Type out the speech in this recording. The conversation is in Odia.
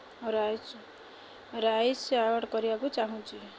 ରାଇସ୍ ରାଇସ୍ ଅର୍ଡ଼ର୍ କରିବାକୁ ଚାହୁଁଛି